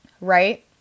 right